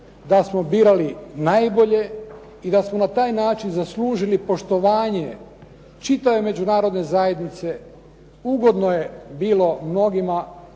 da smo birali najbolje i da su na taj način zaslužili poštovanje čitave Međunarodne zajednice. Ugodno je bilo mnogima